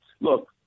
look